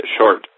short